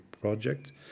project